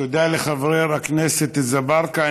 תודה לחבר הכנסת אזברגה.